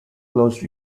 closed